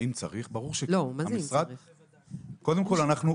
לא רק, וכן פיקוח שוטף, השמות.